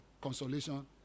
consolation